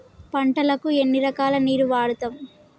పంటలకు ఎన్ని రకాల నీరు వాడుతం?